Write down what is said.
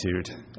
attitude